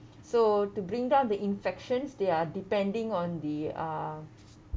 so to bring down the infections they are depending on the uh